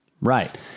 Right